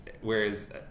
whereas